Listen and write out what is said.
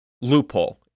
loophole